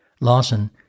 Lawson